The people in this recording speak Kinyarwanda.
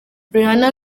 rihanna